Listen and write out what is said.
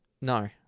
No